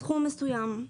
סכום מסוים.